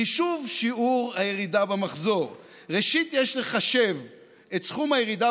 חישוב שיעור הירידה במחזור: ראשית יש לחשב את סכום הירידה